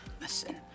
listen